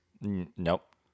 nope